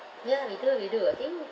ya we do we do I think